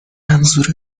منظور